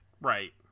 right